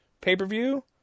pay-per-view